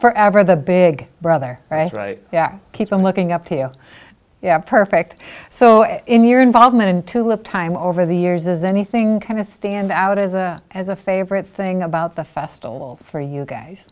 forever the big brother right right yeah keep on looking up to you yeah perfect so in your involvement in tulip time over the years is anything chemist stand out as a as a favorite thing about the festival for you guys